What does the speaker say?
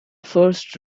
first